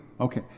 Okay